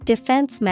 Defense